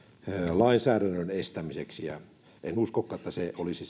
lainsäädännön estämiseksi ja en uskokaan että kenelläkään olisi